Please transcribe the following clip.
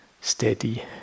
steady